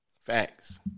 Facts